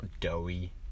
doughy